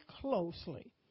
closely